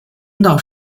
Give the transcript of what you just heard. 听到